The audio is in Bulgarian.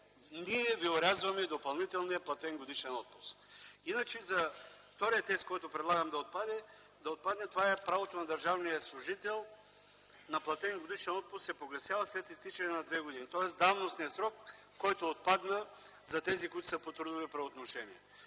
ние ви орязваме допълнителния платен годишен отпуск.” Вторият текст, който предлагам да отпадне, е: „Правото на държавния служител на платен годишен отпуск се погасява след изтичане на две години”, тоест давностният срок, който отпадна за служителите по трудови правоотношения.